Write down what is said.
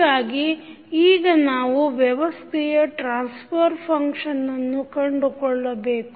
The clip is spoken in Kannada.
ಹೀಗಾಗಿ ಈಗ ನಾವು ವ್ಯವಸ್ಥೆಯ ಟ್ರಾನ್ಸಫರ್ ಫಂಕ್ಷನ್ ಅನ್ನು ಕಂಡುಕೊಳ್ಳಬೇಕು